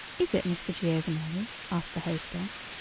is it mr. giovanelli? asked the hostess.